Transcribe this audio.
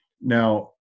Now